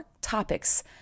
topics